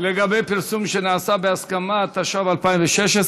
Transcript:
לגבי פרסום שנעשה בהסכמה), התשע"ו 2016,